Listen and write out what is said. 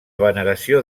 veneració